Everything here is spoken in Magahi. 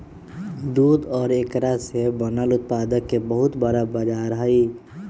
दूध और एकरा से बनल उत्पादन के बहुत बड़ा बाजार हई